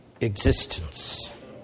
existence